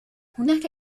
هناك